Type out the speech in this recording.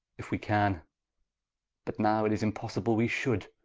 if we can but now it is impossible we should.